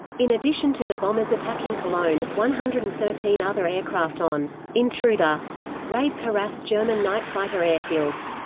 in addition to the bombers attacking cologne, one hundred and thirteen other aircraft on intruder raids harassed german night-fighter airfields.